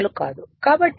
కాబట్టి ns 120 50 4